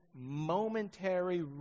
momentary